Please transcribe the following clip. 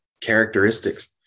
characteristics